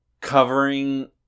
covering